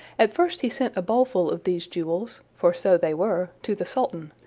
at first he sent a bowlful of these jewels for so they were to the sultan,